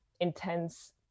intense